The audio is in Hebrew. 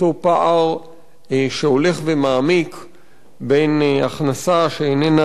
אותו פער שהולך ומעמיק בין הכנסה שאיננה